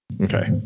Okay